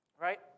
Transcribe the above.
Right